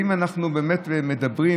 ואם אנחנו באמת מדברים,